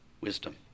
wisdom